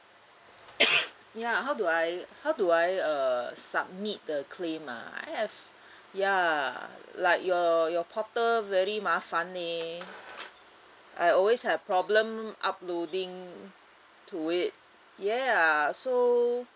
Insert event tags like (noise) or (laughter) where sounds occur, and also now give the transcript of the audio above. (coughs) ya how do I how do I uh submit the claim ah I have ya like your your portal very mafan leh I always have problem uploading to it ya so